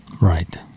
right